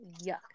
Yuck